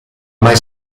mai